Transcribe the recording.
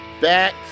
back